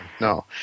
No